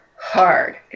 hard